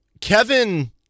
Kevin